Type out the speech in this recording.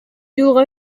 юлга